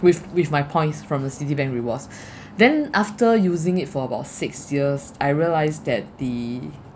with with my points from the Citibank rewards then after using it for about six years I realized that the